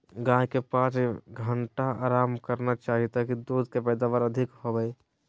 गाय के पांच घंटा आराम करना चाही ताकि दूध के पैदावार अधिक होबय